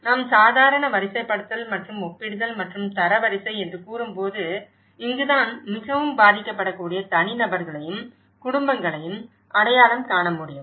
நாம் சாதாரண வரிசைப்படுத்துதல் மற்றும் ஒப்பிடுதல் மற்றும் தரவரிசை என்று கூறும்போது இங்கு தான் மிகவும் பாதிக்கப்படக்கூடிய தனிநபர்களையும் குடும்பங்களையும் அடையாளம் காண முடியும்